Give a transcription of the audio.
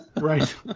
Right